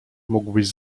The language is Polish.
mógłbyś